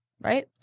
right